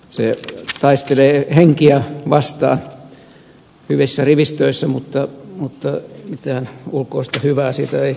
se taistelee henkiä vastaan hyvissä rivistöissä mutta mitään ulkoista hyvää siitä ei koidu